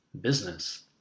business